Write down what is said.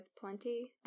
plenty